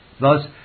Thus